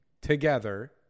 together